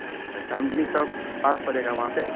اچھا چاندنی چوک پاس پڑے گا وہاں سے